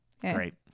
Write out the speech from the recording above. Great